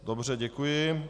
Dobře, děkuji.